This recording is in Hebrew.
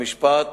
במשפט,